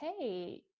hey